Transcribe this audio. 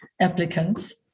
applicants